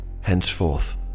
Henceforth